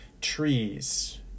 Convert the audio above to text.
trees